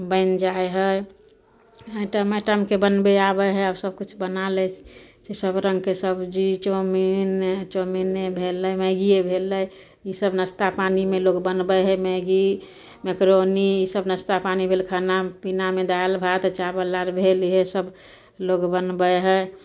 बनि जाइ हइ आइटम आइटमके बनबै आबै हइ आब सबकिछु बना लै सब रङ्गके सबजी चाउमिन चाउमिने भेलै मैगिए भेलै ईसब नाश्ता पानीमे लोक बनबै हइ मैगी मैकरोनी ईसब नाश्ता पानी भेल खानापिनामे दालि भात चावल आर भेल इएहसब लोक बनबै हइ